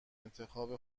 انتخاب